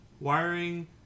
wiring